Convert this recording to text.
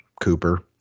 Cooper